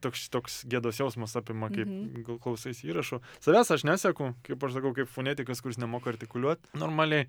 toks toks gėdos jausmas apima kaip klausaisi įrašų savęs aš neseku kaip aš sakau kaip fonetikas kuris nemoka artikuliuot normaliai